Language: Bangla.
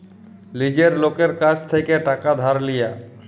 লীজের লকের কাছ থ্যাইকে টাকা ধার লিয়া